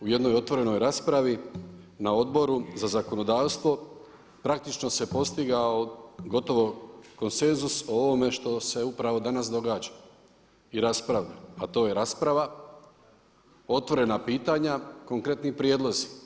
U jednoj otvorenoj raspravi na Odboru za zakonodavstvo praktično se postigao gotovo konsenzus o ovome što se upravo danas događa i raspravlja, a to je rasprava, otvorena pitanja, konkretni prijedlozi.